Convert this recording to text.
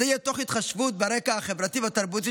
זה יהיה תוך התחשבות ברקע החברתי והתרבותי